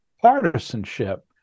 partisanship